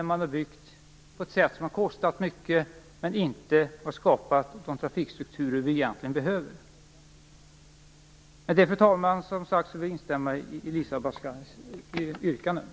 Man har byggt på ett sätt som har kostat mycket men inte skapat de trafikstrukturer som vi egentligen behöver. Med detta, fru talman, vill jag, som sagt, instämma i Elisa Abascals yrkanden.